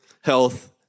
health